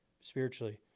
spiritually